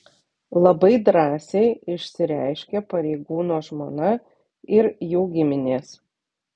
labai drąsiai išsireiškė pareigūno žmona ir jų giminės